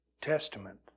Testament